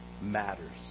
matters